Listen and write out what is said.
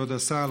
כבוד השר,